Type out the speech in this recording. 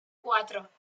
cuatro